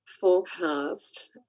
forecast